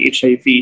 HIV